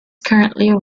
currently